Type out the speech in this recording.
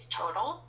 total